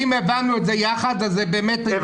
אם הבנו את זה ביחד אז באמת --- אחרונה.